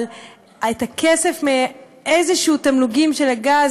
אבל את הכסף מאיזשהם תמלוגים של הגז,